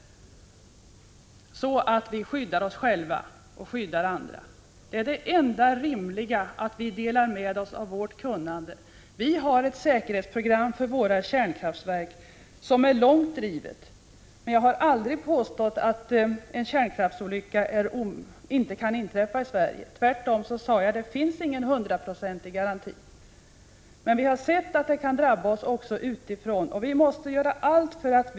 På det sättet skyddar vi oss själva och andra. Det enda rimliga är, som sagt, att vi delar med oss av vårt kunnande. Vi har ett säkerhetsprogram för våra kärnkraftverk som är långt drivet. Jag har dock aldrig påstått att en kärnkraftsolycka inte kan inträffa i Sverige. Tvärtom har jag sagt att det inte finns någon hundraprocentig garanti för att en olycka inte kan inträffa. Vi har dock sett att vi kan drabbas även till följd av olyckor utanför Sverige.